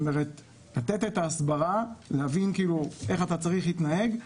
כלומר, לתת הסברה, להבין איך צריך להתנהג.